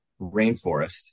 rainforest